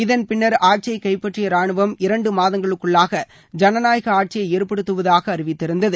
இதன் பின்னர் ஆட்சியை கைப்பற்றிய ரானுவம் இரண்டு மாதங்களுக்குள்ளாக ஜனநாயக ஆட்சியை ஏற்படுத்துவதாக அறிவித்திருந்தது